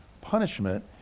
punishment